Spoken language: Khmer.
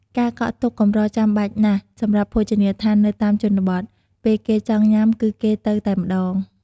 ការកក់ទុកកម្រចាំបាច់ណាស់សម្រាប់ភោជនីយដ្ឋាននៅតាមជនបទ ពេលគេចង់ញាំគឺគេទៅតែម្តង។